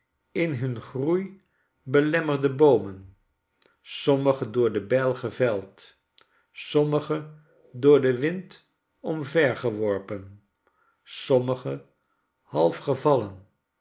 in hun groei belemmerde boomen sommige door de bijl geveld sommige door den windomvergeworpen sommige half